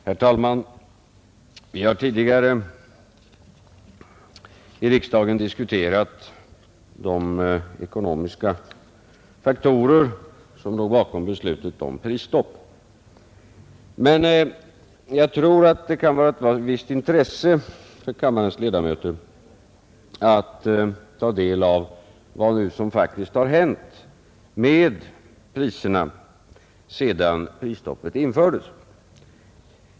Herr talman! Vi har tidigare i riksdagen diskuterat de ekonomiska faktorer som låg bakom beslutet om prisstopp, men jag tror att det kan vara av ett visst intresse för kammarens ledamöter att ta del av vad som faktiskt har hänt med priserna sedan prisstoppet infördes.